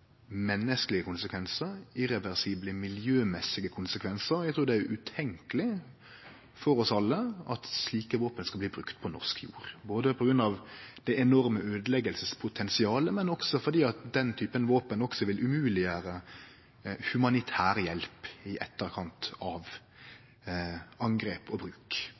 er utenkjeleg for oss alle at slike våpen skal bli brukte på norsk jord både på grunn av det enorme øydeleggingspotensialet og fordi den typen våpen også vil gjere humanitær hjelp i etterkant av angrep og bruk umogleg.